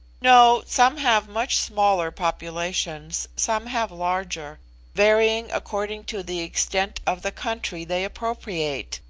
no some have much smaller populations, some have larger varying according to the extent of the country they appropriate,